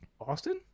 Austin